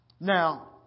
Now